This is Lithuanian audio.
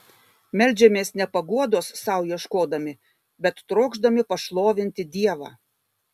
meldžiamės ne paguodos sau ieškodami bet trokšdami pašlovinti dievą